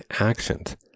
actions